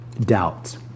Doubts